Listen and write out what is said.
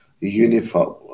uniform